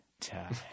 time